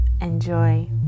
Enjoy